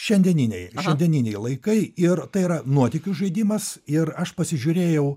šiandieniniai šiandieniniai laikai ir tai yra nuotykių žaidimas ir aš pasižiūrėjau